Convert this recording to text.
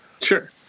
Sure